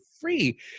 free